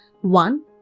one